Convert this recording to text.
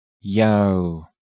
Yo